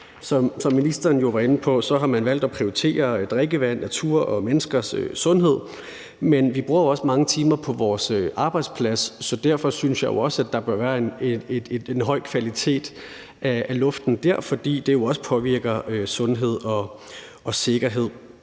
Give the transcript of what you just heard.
som ministeren også var inde på, har man valgt at prioritere drikkevandet, naturen og menneskers sundhed, men vi bruger jo også mange timer på vores arbejdsplads, så derfor synes jeg også, at der bør være en høj kvalitet af luften der. For det påvirker jo også sundheden og sikkerheden.